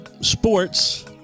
sports